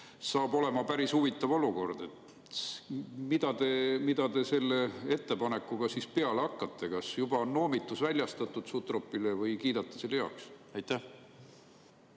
Saab olema päris huvitav olukord. Mida te selle ettepanekuga peale hakkate? Kas on juba noomitus väljastatud Sutropile või kiidate selle heaks? Austatud